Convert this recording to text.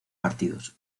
partidos